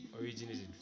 originated